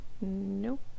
nope